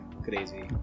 crazy